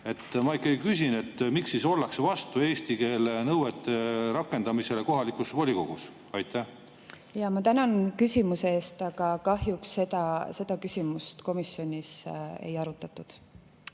Ma ikkagi küsin: miks ollakse vastu eesti keele [oskuse] nõuete rakendamisele kohalikus volikogus? Ma tänan küsimuse eest, aga kahjuks seda küsimust komisjonis ei arutatud.